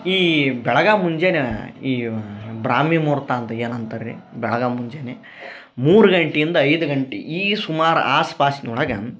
ಈ ಬೆಳಗ ಮುಂಜಾನೆ ಈ ಬ್ರಾಹ್ಮೀ ಮುಹೂರ್ತ ಅಂತ ಏನು ಅಂತಾರ ರೀ ಬೆಳಗ ಮುಂಜಾನಿ ಮೂರು ಗಂಟಿಯಿಂದ ಐದು ಗಂಟಿ ಈ ಸುಮಾರ ಆಸು ಪಾಸಿನ ಒಳಗ